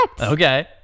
Okay